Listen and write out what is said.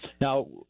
Now